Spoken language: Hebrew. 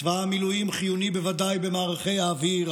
צבא המילואים חיוני בוודאי במערכי האוויר,